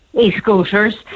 E-scooters